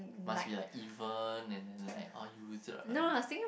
must be like even and then like oh you th~ uh